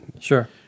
Sure